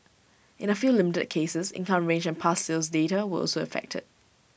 in A few limited cases income range and past sales data were also affected